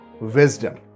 wisdom